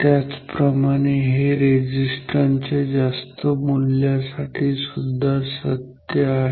त्याचप्रमाणे हे रेझिस्टन्स च्या जास्त मूल्यासाठी सुद्धा सत्य आहे